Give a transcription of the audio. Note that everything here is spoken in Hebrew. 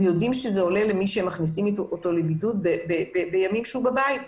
הם יודעים שזה עולה למבודד בימים שהוא בבית,